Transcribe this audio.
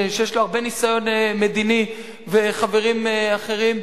שיש לו הרבה ניסיון מדיני וחברים אחרים,